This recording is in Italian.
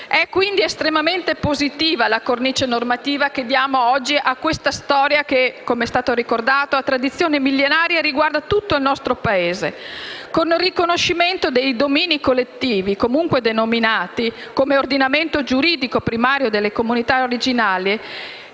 È quindi estremamente positiva la cornice normativa che diamo oggi a questa storia che - come è stato ricordato - ha tradizione millenaria e riguarda tutto il nostro Paese. Con il riconoscimento dei domini collettivi, comunque denominati, come ordinamento giuridico primario delle comunità originali,